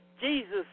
Jesus